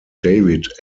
david